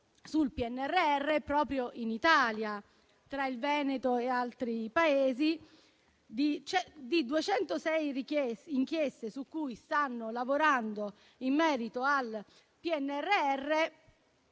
sul PNRR proprio in Italia tra il Veneto e altri Paesi, cioè di 206 inchieste a cui stanno lavorando in merito al PNRR